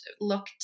look